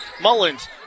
Mullins